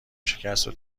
شکستشو